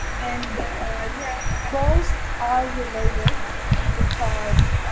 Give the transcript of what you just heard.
and yeah, both are related because